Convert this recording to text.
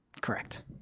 correct